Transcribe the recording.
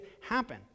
happen